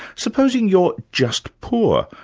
supposing you're just poor,